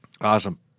awesome